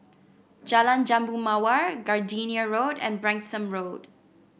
Jalan Jambu Mawar Gardenia Road and Branksome Road